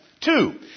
Two